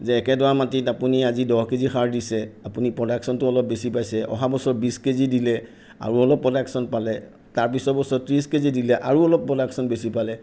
যে একেডৰা মাটিত আজি আপুনি দহ কেজি সাৰ দিছে আপুনি প্ৰডাকশ্যনটো অলপ বেছি পাইছে অহা বছৰ বিছ কেজি দিলে আৰু অলপ প্ৰডাকশ্যন পালে তাৰ পিছৰ বছৰ আৰু ত্ৰিছ কেজি দিলে আৰু অলপ প্ৰডাকশ্যন বেছি পালে